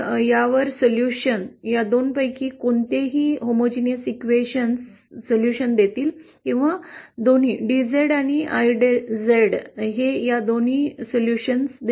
यावर उपाय या 2 पैकी कोणतेही homogeneity questions उपाय देतील किंवा दोन्ही डीझेड आणि आयझेड या दोन्ही उपाय देतील